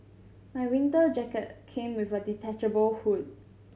my winter jacket came with a detachable hood